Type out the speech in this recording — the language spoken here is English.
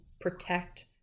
protect